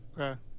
Okay